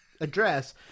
address